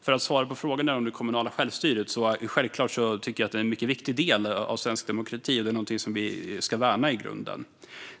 För att svara på frågan om det kommunala självstyret tycker jag självklart att det är en mycket viktig del av svensk demokrati och något som vi i grunden ska värna.